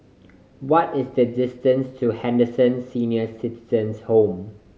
what is the distance to Henderson Senior Citizens' Home